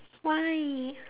why